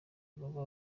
baba